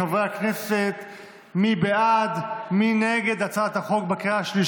חברי הכנסת, מי בעד, מי נגד בקריאה השלישית?